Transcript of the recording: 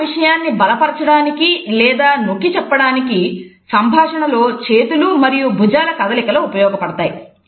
చెబుతున్న విషయాన్ని బలపరచడానికి లేదా నొక్కి చెప్పడానికి సంభాషణలో చేతులు మరియు భుజాల కదలికలు ఉపయోగపడతాయి